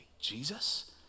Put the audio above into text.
Jesus